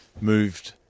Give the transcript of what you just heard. moved